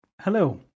Hello